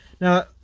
Now